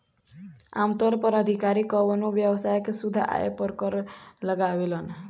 आमतौर पर अधिकारी कवनो व्यवसाय के शुद्ध आय पर कर लगावेलन